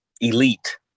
Elite